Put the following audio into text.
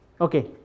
okay